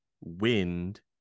wind